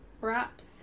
wraps